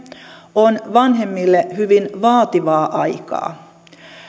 on vanhemmille hyvin vaativaa aikaa